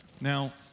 Now